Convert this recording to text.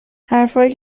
حرفهایی